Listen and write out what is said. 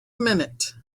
minute